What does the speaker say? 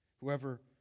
Whoever